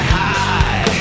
high